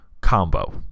combo